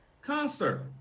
concert